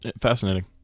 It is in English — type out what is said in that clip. Fascinating